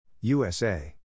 USA